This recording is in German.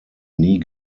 nie